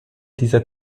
dieser